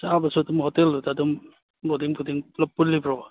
ꯆꯥꯕꯁꯨ ꯑꯗꯨꯝ ꯍꯣꯇꯦꯜꯗꯨꯗ ꯑꯗꯨꯝ ꯂꯣꯗꯤꯡ ꯐꯨꯗꯤꯡ ꯄꯨꯂꯞ ꯄꯨꯜꯂꯤꯕ꯭ꯔꯣ